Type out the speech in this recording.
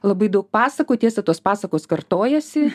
labai daug pasakų tiesa tos pasakos kartojasi